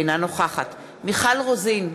אינה נוכחת מיכל רוזין,